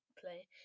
play